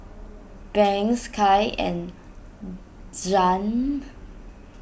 Banks Kai and Zhane